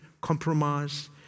compromise